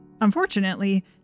Unfortunately